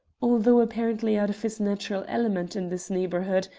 although apparently out of his natural element in this neighbourhood,